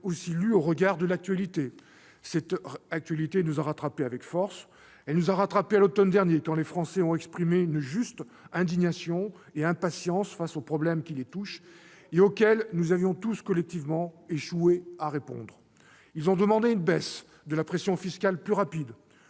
aussi être lus au regard de l'actualité. Cette actualité nous a rattrapés avec force. Elle nous a rattrapés à l'automne dernier, quand les Français ont exprimé une juste indignation et leur impatience face aux problèmes qui les touchent et auxquels nous avions tous collectivement échoué à répondre. Ils ont demandé une baisse plus rapide de la pression fiscale. Eh oui